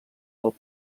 del